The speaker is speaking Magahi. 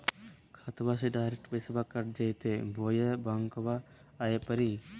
खाताबा से डायरेक्ट पैसबा कट जयते बोया बंकबा आए परी?